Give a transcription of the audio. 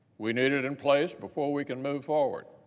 we needed in place before we can move forward.